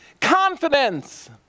Confidence